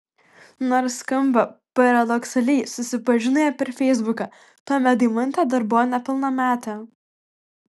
nors skamba paradoksaliai susipažino jie per feisbuką tuomet deimantė dar buvo nepilnametė